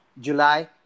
July